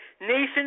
Nathan